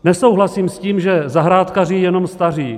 Nesouhlasím s tím, že zahrádkaří jenom staří.